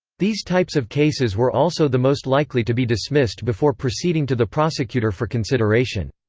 these types of cases were also the most likely to be dismissed before proceeding to the prosecutor for consideration.